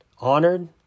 honored